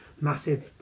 massive